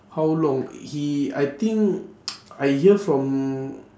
how long he I think I hear from